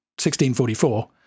1644